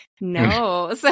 no